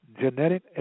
genetic